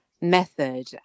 method